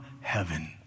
heaven